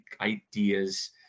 ideas